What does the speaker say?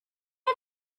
you